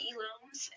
loans